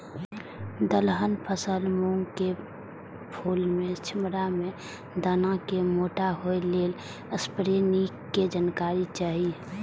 दलहन फसल मूँग के फुल में छिमरा में दाना के मोटा होय लेल स्प्रै निक के जानकारी चाही?